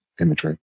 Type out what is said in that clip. imagery